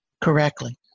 correctly